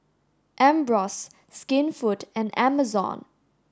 Ambros Skinfood and Amazon